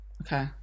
Okay